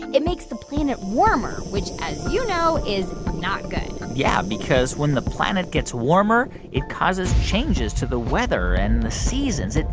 it makes the planet warmer, which, as you know, is not good yeah, because when the planet gets warmer, it causes changes to the weather and the seasons.